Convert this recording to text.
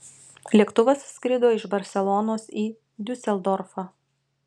lėktuvas skrido iš barselonos į diuseldorfą